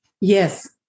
Yes